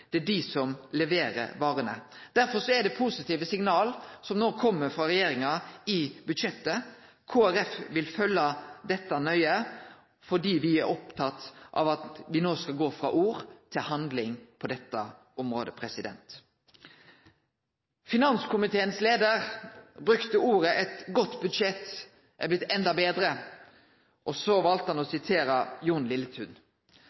Det er dei som leverer varene. Derfor er det positive signal som no kjem frå regjeringa i budsjettet. Kristeleg Folkeparti vil følgje dette nøye fordi vi er opptekne av at me no skal gå frå ord til handling på dette området. Finanskomiteens leiar brukte orda: «Et godt budsjett har blitt enda litt bedre.» Så valde han å sitere Jon Lilletun.